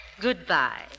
goodbye